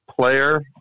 Player